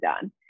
done